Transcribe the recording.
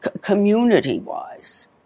community-wise